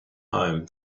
home